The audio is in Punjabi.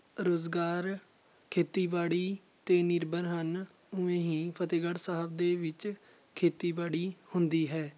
ਰੁਜ਼ਗਾਰ ਖੇਤੀਬਾੜੀ 'ਤੇ ਨਿਰਭਰ ਹਨ ਉਵੇਂ ਹੀ ਫਤਿਹਗੜ੍ਹ ਸਾਹਿਬ ਦੇ ਵਿੱਚ ਖੇਤੀਬਾੜੀ ਹੁੰਦੀ ਹੈ